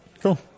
cool